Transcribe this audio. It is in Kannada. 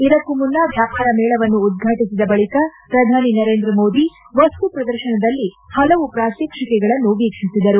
ಇದಕ್ಕೂ ಮುನ್ನ ವ್ಯಾಪಾರ ಮೇಳವನ್ನು ಉದ್ವಾಟಿಸಿದ ಬಳಿಕ ಪ್ರಧಾನಿ ನರೇಂದ್ರ ಮೋದಿ ವಸ್ತು ಪ್ರದರ್ಶನದಲ್ಲಿ ಪಲವು ಪ್ರಾತ್ಪಟಿಕೆಗಳನ್ನು ವೀಕ್ಷಿಸಿದರು